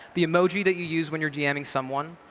the emoji that you use when you're jamming someone.